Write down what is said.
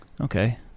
Okay